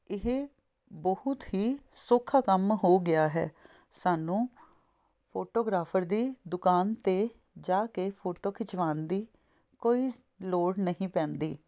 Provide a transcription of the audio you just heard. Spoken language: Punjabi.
ਇਹ ਬਹੁਤ ਹੀ ਸੌਖਾ ਕੰਮ ਹੋ ਗਿਆ ਹੈ ਸਾਨੂੰ ਫੋਟੋਗ੍ਰਾਫਰ ਦੀ ਦੁਕਾਨ 'ਤੇ ਜਾ ਕੇ ਫੋਟੋ ਖਿਚਵਾਉਣ ਦੀ ਕੋਈ ਲੋੜ ਨਹੀਂ ਪੈਂਦੀ